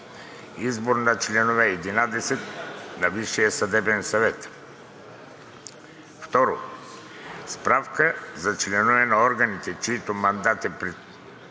Избор на членове – 11, на Висшия съдебен съвет. 2. Справка за членове на органите, чийто мандат е предсрочно